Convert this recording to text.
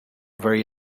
very